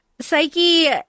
Psyche